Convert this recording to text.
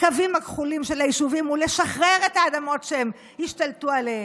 הקווים הכחולים של היישובים ולשחרר את האדמות שהם השתלטו עליהם,